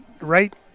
right